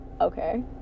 Okay